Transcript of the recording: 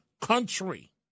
country